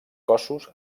cossos